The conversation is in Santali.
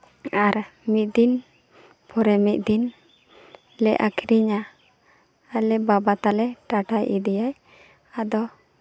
ᱟᱨ ᱢᱤᱫ ᱫᱤᱱ ᱯᱚᱨᱮ ᱢᱤᱫ ᱫᱤᱱ ᱞᱮ ᱟᱹᱠᱷᱨᱤᱧᱟ ᱟᱞᱮ ᱵᱟᱵᱟ ᱛᱟᱞᱮ ᱴᱟᱴᱟᱭ ᱤᱫᱤᱭᱟ ᱟᱫᱚ